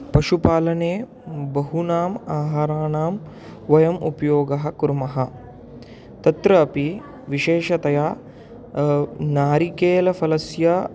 पशुपालने बहूनाम् आहाराणां वयम् उपयोगं कुर्मः तत्रापि विशेषतया नारिकेलफलस्य